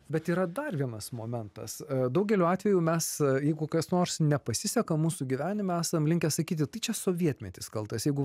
bet yra dar vienas momentas daugeliu atveju mes jeigu kas nors nepasiseka mūsų gyvenime esam linkę sakyti tai čia sovietmetis kaltas jeigu